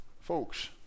folks